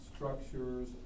Structures